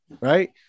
Right